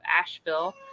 Asheville